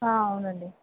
అవునండి